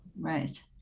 Right